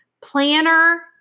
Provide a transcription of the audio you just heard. planner